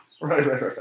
right